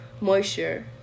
moisture